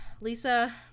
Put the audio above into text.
lisa